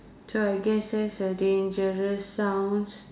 so I guess that's a dangerous sounds